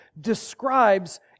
describes